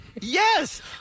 Yes